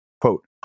quote